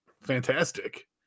fantastic